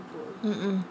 mm mm